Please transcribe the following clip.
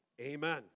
Amen